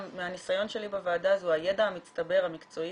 מהניסיון שלי בוועדה הזו הידע המקצועי המצטבר